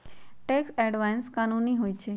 tax avoidance कानूनी होइ छइ